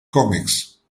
comics